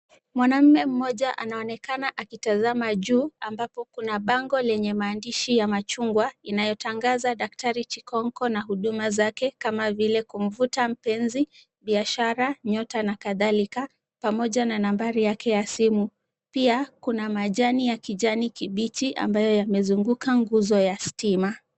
Mwanaume mmoja anaonekana akitazama juu, ambako kuna bango lililoandikwa maandishi ya machungwa, inayotangaza daktari Chikonko na huduma zake kama vile kumvuta mpenzi, biashara, nyota na kadhalika pamoja na nambari yake ya simu. Pia kuna majani ya kijani kibichi ambayo yamezunguka nguzo ya stima.